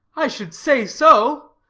i should say so.